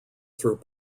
through